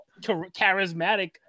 charismatic